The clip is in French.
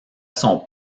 son